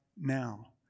now